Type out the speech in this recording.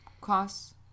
costs